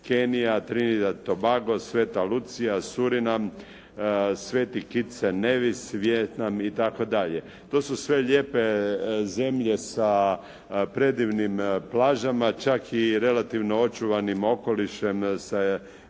Kenija, T.Tobago, Sveta Lucija, Surinam, Sveti K.Newis itd. To su sve lijepe zemlje sa predivnim plažama čak i relativno očuvanim okolišem sa